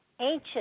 ancient